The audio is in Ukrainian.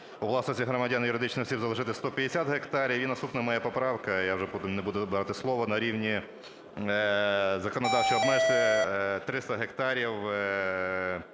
у власності громадян, юридичних осіб залишити 150 гектарів. І наступна моя поправка, я вже потім не буду брати слово, на рівні законодавчо обмежити 300 гектарів